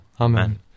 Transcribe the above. Amen